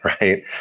right